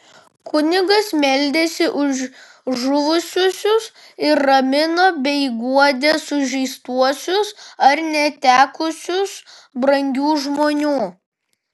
kunigas meldėsi už žuvusiuosius ir ramino bei guodė sužeistuosius ar netekusius brangių žmonių